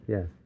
Yes